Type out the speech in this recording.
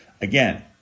Again